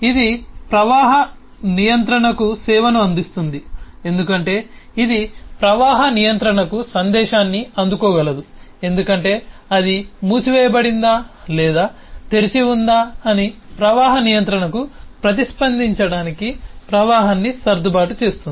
ఇది ప్రవాహ నియంత్రణకు సేవను అందిస్తుంది ఎందుకంటే ఇది ప్రవాహ నియంత్రణకు సందేశాన్ని అందుకోగలదు ఎందుకంటే అది మూసివేయబడిందా లేదా తెరిచి ఉందా అని ప్రవాహ నియంత్రణకు ప్రతిస్పందించడానికి ప్రవాహాన్ని సర్దుబాటు చేస్తుంది